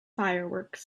fireworks